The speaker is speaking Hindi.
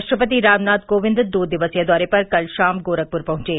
राष्ट्रपति रामनाथ कोविंद दो दिवसीय दौरे पर कल शाम गोरखपुर पहुंचे